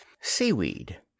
Seaweed